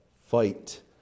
fight